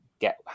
get